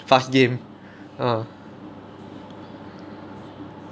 fast game ah